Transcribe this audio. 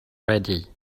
ready